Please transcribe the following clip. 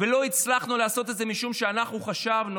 ולא הצלחנו לעשות את זה משום שאנחנו חשבנו,